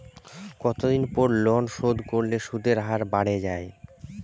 কতদিন পর লোন শোধ করলে সুদের হার বাড়ে য়ায়?